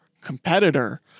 competitor